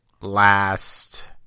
last